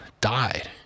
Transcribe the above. died